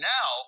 Now